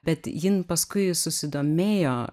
bet jin paskui susidomėjo